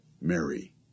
Mary